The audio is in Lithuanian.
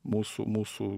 mūsų mūsų